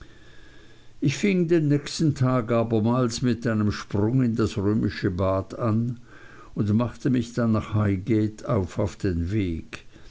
ich fing den nächsten tag abermals mit einem sprung in das römische bad an und machte mich dann nach highgate auf den weg